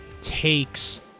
takes